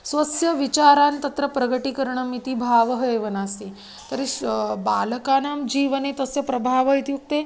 स्वस्य विचारान् तत्र प्रकटीकरणम् इति भावः एव नास्ति तर्हि स् बालकानां जीवने तस्य प्रभावः इत्युक्ते